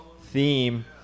theme